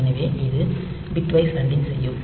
எனவே இது bitwise anding செய்யும்